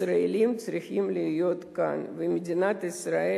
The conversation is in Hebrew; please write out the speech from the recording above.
ישראלים צריכים להיות כאן, ומדינת ישראל